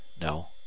No